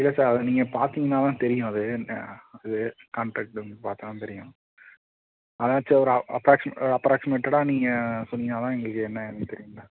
இல்லை சார் அது நீங்கள் பார்த்தீங்கன்னா தான் தெரியும் அது அது காண்ட்ராக்ட்டு பார்த்தா தான் தெரியும் அதாச்சு ஒரு அப்ராக்ஸிமே அப்ராக்ஸிமேட்டடா நீங்கள் சொன்னீங்கன்னா தான் எங்களுக்கு என்ன ஏதுன்னு தெரியும்ல